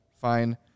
Fine